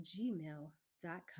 gmail.com